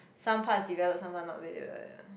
some part develop some part not really develop